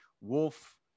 Wolf